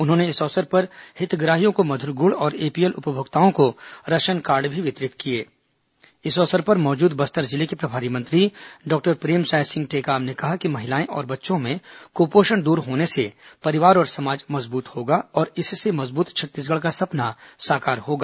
उन्होंने इस अवसर पर हितग्राहियों को मधुर गुड़ और एपीएल उपभोक्ताओं को राशन कार्ड भी वितरित किए इस अवसर पर मौजूद बस्तर जिले के प्रभारी मंत्री डॉ प्रेमसाय सिंह टेकाम ने कहा कि महिलाएं और बच्चों में कुपोषण दूर होने से परिवार और समाज मजबूत होगा और इससे मजबूत छत्तीसगढ़ का सपना साकार होगा